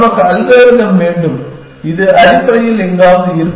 நமக்கு அல்காரிதம் வேண்டும் இது அடிப்படையில் எங்காவது இருக்கும்